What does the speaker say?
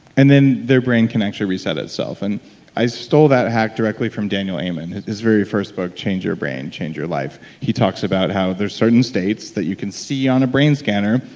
and then their brain can actually reset itself. and i stole that hack directly from daniel amen. his very first book change your brain, change your life, he talks about how there's certain states that you can see on a brain scanner,